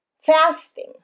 fasting